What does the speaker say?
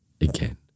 again